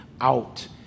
out